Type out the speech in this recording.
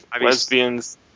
lesbians